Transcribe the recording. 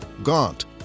gaunt